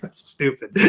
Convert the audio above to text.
but stupid.